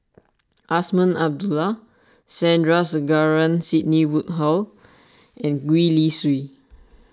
Azman Abdullah Sandrasegaran Sidney Woodhull and Gwee Li Sui